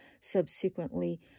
subsequently